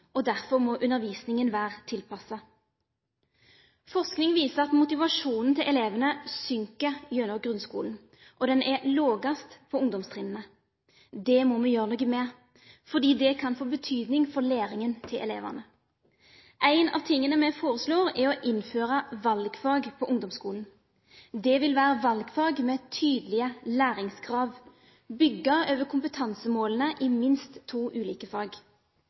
og derfor må undervisningen være tilpasset. Forskning viser at motivasjonen til elevene synker gjennom grunnskolen, og den er lavest på ungdomstrinnet. Det må vi gjøre noe med, fordi det kan få betydning for elevenes læring. En av tingene vi foreslår, er å innføre valgfag på ungdomsskolen. Det vil være valgfag med tydelige læringskrav, bygget over kompetansemålene i minst to ulike fag.